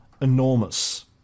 enormous